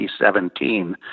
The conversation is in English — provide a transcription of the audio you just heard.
2017